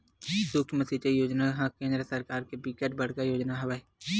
सुक्ष्म सिचई योजना ह केंद्र सरकार के बिकट बड़का योजना हवय